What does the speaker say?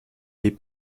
les